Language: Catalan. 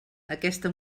aquesta